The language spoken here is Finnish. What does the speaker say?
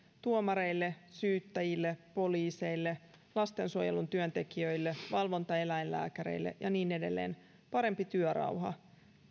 tuomareille syyttäjille poliiseille lastensuojelun työntekijöille valvontaeläinlääkäreille ja niin edelleen parempi työrauha